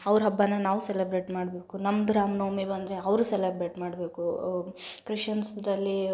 ಅವ್ರ ಹಬ್ಬನ ನಾವೂ ಸೆಲಬ್ರೇಟ್ ಮಾಡಬೇಕು ನಮ್ದು ರಾಮ ನವಮಿ ಬಂದರೆ ಅವರೂ ಸೆಲಬ್ರೇಟ್ ಮಾಡಬೇಕು ಕ್ರಿಶ್ಶನ್ಸ್ರಲ್ಲಿ